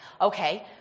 Okay